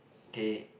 okay